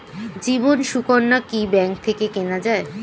জীবন সুকন্যা কি ব্যাংক থেকে কেনা যায়?